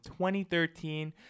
2013